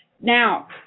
Now